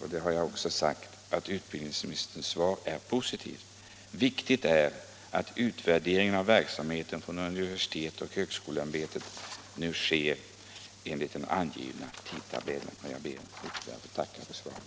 och det har jag också sagt tidigare — finner utbildningsministerns svar positivt. Viktigt är att den utvärdering av verksamheten som sker inom universitetsoch högskoleämbetet nu sker enligt den angivna tidtabellen. Jag ber att ytterligare en gång få tacka för svaret.